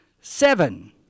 Seven